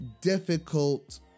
difficult